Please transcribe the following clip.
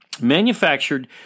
Manufactured